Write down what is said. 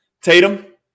Tatum